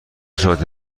ساعتی